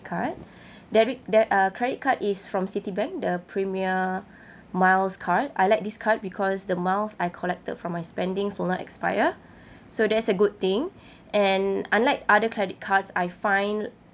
card debit de~ uh credit card is from Citibank the PremierMiles card I like this card because the miles I collected from my spendings will not expire so that's a good thing and unlike other credit cards I find